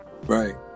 Right